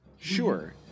Sure